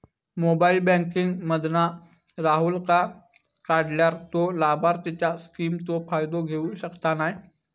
mobile banking मधना राहूलका काढल्यार तो लाभार्थींच्या स्किमचो फायदो घेऊ शकना नाय